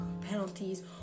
penalties